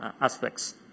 aspects